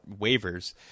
waivers